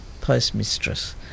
postmistress